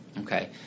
okay